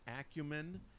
acumen